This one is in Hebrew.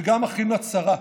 וגם אחים לצרה.